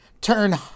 Turn